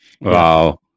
Wow